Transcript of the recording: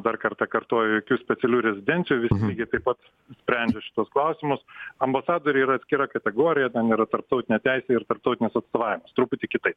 dar kartą kartoju jokių specialių rezidencijų visi lygiai taip pat sprendžia šituos klausimus ambasadoriai yra atskira kategorija ten yra tarptautinė teisė ir tarptautinis atstovavimas truputį kitaip